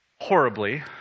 horribly